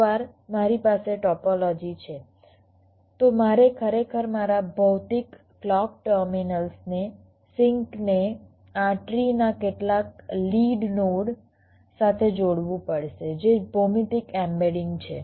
એકવાર મારી પાસે ટોપોલોજી છે તો મારે ખરેખર મારા ભૌતિક ક્લૉક ટર્મિનલ્સને સિંકને આ ટ્રી ના કેટલાક લીડ નોડ સાથે જોડવું પડશે જે ભૌમિતિક એમ્બેડિંગ છે